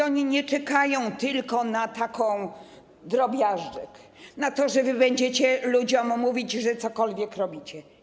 Oni nie czekają tylko na taki drobiażdżek, na to, że będziecie ludziom mówić, że cokolwiek robicie.